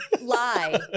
lie